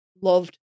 loved